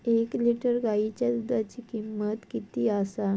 एक लिटर गायीच्या दुधाची किमंत किती आसा?